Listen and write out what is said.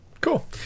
Cool